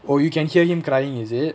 oh you can hear him crying is it